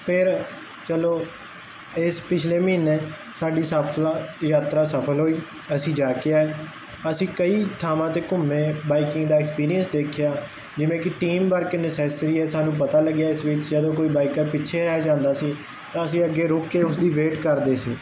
ਫੇਰ ਚਲੋ ਇਸ ਪਿਛਲੇ ਮਹੀਨੇ ਸਾਡੀ ਸਫਲਾ ਯਾਤਰਾ ਸਫਲ ਹੋਈ ਅਸੀਂ ਜਾ ਕੇ ਆਏ ਅਸੀਂ ਕਈ ਥਾਵਾਂ ਤੇ ਘੁੰਮੇ ਬਾਈਕਿੰਗ ਦਾ ਐਕਸਪੀਰੀਅੰਸ ਦੇਖਿਆ ਜਿਵੇਂ ਕੀ ਟੀਮ ਵਰਕ ਨਸੈਸਰੀ ਐ ਸਾਨੂੰ ਪਤਾ ਲੱਗਿਆ ਇਸ ਵਿੱਚ ਜਦੋਂ ਕੋਈ ਬਾਈਕਰ ਪਿੱਛੇ ਰਹਿ ਜਾਂਦਾ ਸੀ ਤਾਂ ਅਸੀਂ ਅੱਗੇ ਰੁਕ ਕੇ ਉਸਦੀ ਵੇਟ ਕਰਦੇ ਸੀ